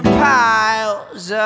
piles